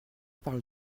parle